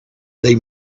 they